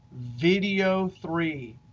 video three.